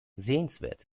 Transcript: sehenswert